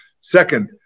Second